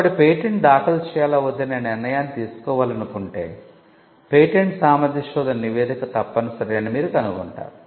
కాబట్టి పేటెంట్ దాఖలు చేయాలా వద్దా అనే నిర్ణయాన్ని తీసుకోవాలనుకుంటే పేటెంట్ సామర్థ్య శోధన నివేదిక తప్పనిసరి అని మీరు కనుగొంటారు